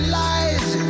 lies